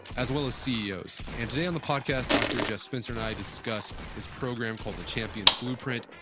as well as ceos. and today on the podcast dr. jeff spencer and i discuss his program called the champions blueprint,